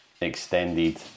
extended